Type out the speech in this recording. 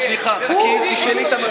הוא מגיש ההצעה.